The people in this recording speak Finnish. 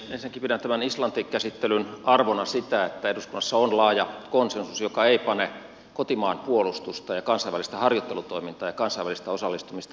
ensinnäkin pidän tämän islanti käsittelyn arvona sitä että eduskunnassa on laaja konsensus joka ei pane kotimaan puolustusta ja kansainvälistä harjoittelutoimintaa ja kansainvälistä osallistumista vastakkain